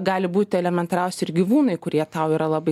gali būti elementariausi ir gyvūnai kurie tau yra labai